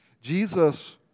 Jesus